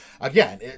again